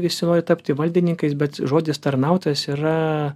visi nori tapti valdininkais bet žodis tarnautojas yra